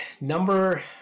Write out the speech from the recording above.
Number